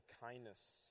kindness